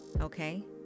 Okay